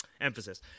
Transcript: emphasis